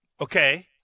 Okay